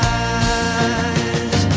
eyes